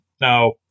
Now